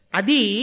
adi